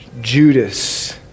Judas